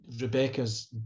rebecca's